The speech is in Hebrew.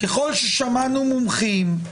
ככל ששמענו מומחים,